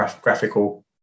graphical